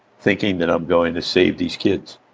thinking that i'm going to save these kids.